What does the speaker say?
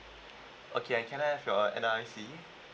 okay and can I have your N_R_I_C